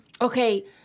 Okay